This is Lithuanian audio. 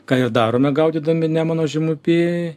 ką ir darome gaudydami nemuno žemupy